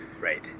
right